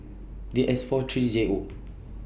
D S four three J O